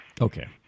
Okay